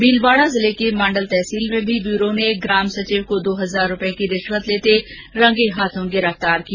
भीलवाड़ा जिले के माण्डल तहसील में भी ब्यूरो ने एक ग्राम सचिव को दो हजार रूपए की रिश्वत लेते रंगे हाथों गिरफ्तार किया